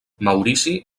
maurici